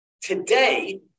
Today